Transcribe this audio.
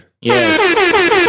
yes